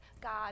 God